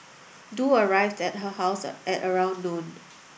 Du arrived at her house at around noon